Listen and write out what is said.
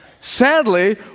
sadly